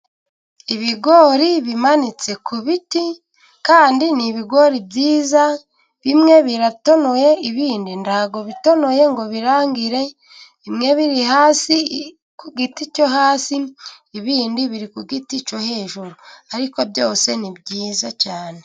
Ibigori bimanitse ku biti, kandi ni ibigori byiza, bimwe biratonoye ibindi ntabwo bitonoye ngo birangire, bimwe biri hasi ku giti cyo hasi, ibindi biri ku giti cyo hejuru, ariko byose ni byiza cyane.